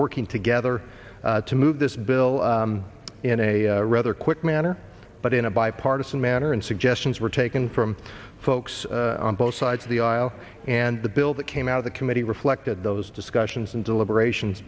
working together to move this bill in a rather quick manner but in a bipartisan manner and suggestions were taken from folks on both sides of the aisle and the bill that came out of the committee reflected those discussions and deliberation